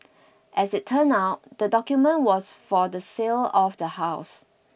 as it turned out the document was for the sale of the house